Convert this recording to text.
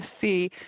see